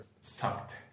sucked